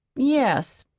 yes,